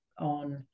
on